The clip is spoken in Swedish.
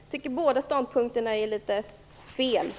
Jag tycker att båda ståndpunkterna är litet felaktiga.